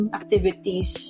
activities